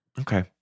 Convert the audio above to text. Okay